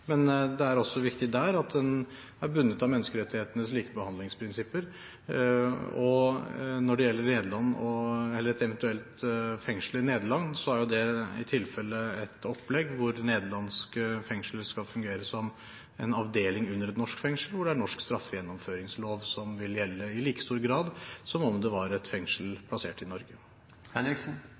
Men det er også viktig her at en er bundet av menneskerettighetenes likebehandlingsprinsipper. Når det gjelder et eventuelt fengsel i Nederland, er det i tilfelle et opplegg hvor nederlandske fengsler skal fungere som en avdeling under et norsk fengsel, hvor norsk straffegjennomføringslov vil gjelde i like stor grad som om det var et fengsel plassert i Norge.